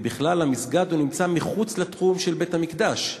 כי בכלל, המסגד נמצא מחוץ לתחום של בית-המקדש.